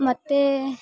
ಮತ್ತು